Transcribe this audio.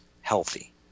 healthy